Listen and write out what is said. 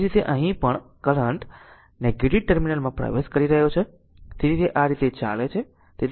એ જ રીતે અહીં પણ કરંટ નેગેટિવ ટર્મિનલમાં પ્રવેશ કરી રહ્યો છે તેથી તે આ રીતે ચાલે છે